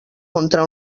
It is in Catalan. contra